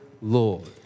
Lord